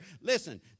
Listen